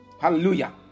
Hallelujah